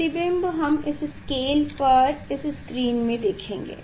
प्रतिबिंब हम इस स्केल पर इस स्क्रीन में देखेंगे